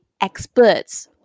experts